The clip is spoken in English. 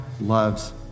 loves